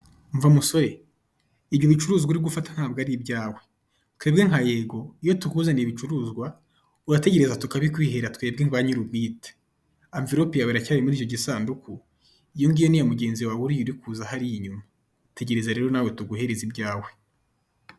Umva musore ibyo bicuruzwa uri gufata ntabwo ari ibyawe, twebwe nka Yego iyo tukuzaniye ibicuruzwa urategereza tukabikwihera twebwe ba nyir'ubwite. Anvilope yawe iracyari muri icyo gisanduku iyo ngiyo ni iya mugenzi wawe uriya uri kuza hariya inyuma, tegereza rero nawe tuguhereze ibyawe.